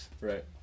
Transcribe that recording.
Right